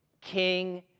King